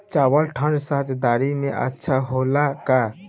चावल ठंढ सह्याद्री में अच्छा होला का?